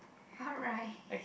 alright